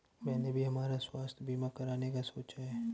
मैंने भी हमारा स्वास्थ्य बीमा कराने का सोचा है